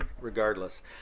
regardless